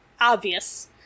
obvious